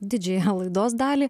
didžiąją laidos dalį